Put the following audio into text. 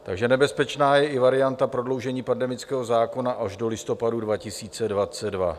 Takže nebezpečná je i varianta prodloužení pandemického zákona až do listopadu 2022.